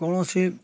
କୌଣସି